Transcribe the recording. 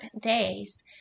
days